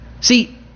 See